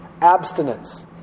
abstinence